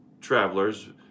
travelers